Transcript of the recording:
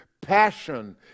passion